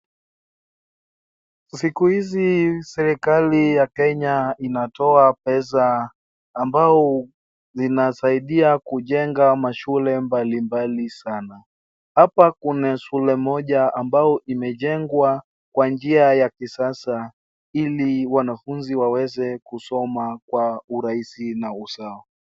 Siku hizi serikali ya Kenya inatoa pesa ambayo zinasaidia kujenga mashule mbalimbali sana. Hapa kuna shule moja ambayo imejengwa kwa njia ya kisasa ili wanafunzi waweze kusoma kwa urahisi na usawa.